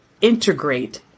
integrate